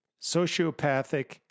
sociopathic